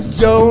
yo